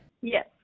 Yes